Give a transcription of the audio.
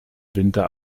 winter